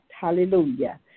Hallelujah